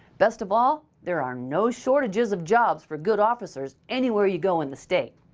best of all, there are no shortages of jobs for good officers anywhere you go in the state.